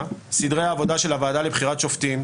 (סדרי העבודה של הועדה לבחירת שופטים)